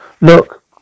Look